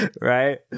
right